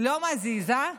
לא מזיז, אה?